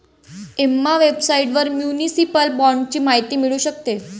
Emma वेबसाइटवर municipal बाँडची माहिती मिळू शकते